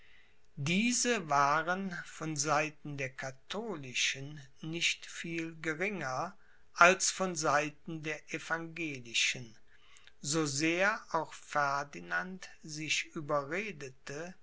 diese waren von seiten der katholischen nicht viel geringer als von seiten der evangelischen so sehr auch ferdinand sich